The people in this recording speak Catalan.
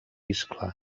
iscle